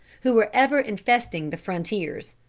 who were ever infesting the frontiers.